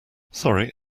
sorry